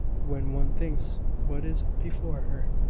when one thinks what is before her.